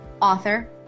author